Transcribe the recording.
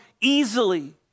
easily